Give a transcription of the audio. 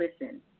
listen